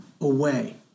away